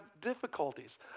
difficulties